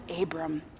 Abram